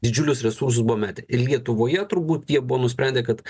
didžiulius resursus buvo metę ir lietuvoje turbūt jie buvo nusprendę kad